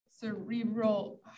cerebral